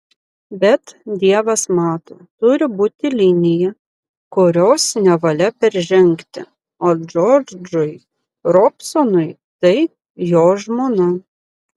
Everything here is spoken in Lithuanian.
bet dievas mato turi būti linija kurios nevalia peržengti o džordžui robsonui tai jo žmona